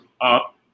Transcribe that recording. up